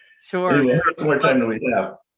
sure